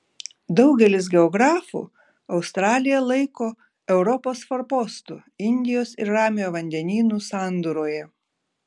daugelis geografų australiją laiko europos forpostu indijos ir ramiojo vandenynų sandūroje